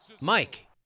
Mike